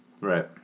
Right